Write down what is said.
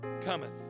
cometh